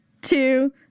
two